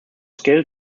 scale